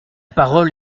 parole